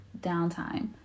downtime